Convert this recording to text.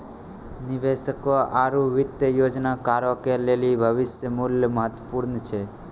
निवेशकों आरु वित्तीय योजनाकारो के लेली भविष्य मुल्य महत्वपूर्ण छै